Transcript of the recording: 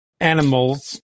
animals